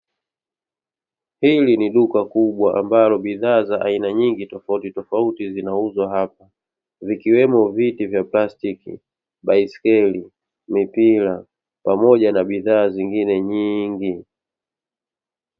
Hili ni duka kubwa, ambalo bidhaa za aina nyingi tofautitofauti zinauzwa hapa, Vikiwemo Viti vya plastiki, baiskeli, Mipira pamoja na bidhaa zingine nyingi.